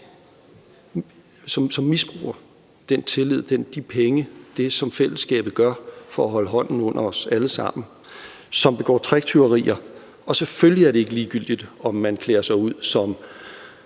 som misbruger den tillid, de penge, det, som fællesskabet gør for at holde hånden under os alle sammen, eller som begår tricktyverier. Selvfølgelig er det ikke ligegyldigt, om man klæder sig ud som